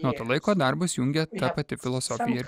nuo to laiko darbas jungia ta pati filosofija ir